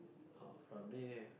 uh from there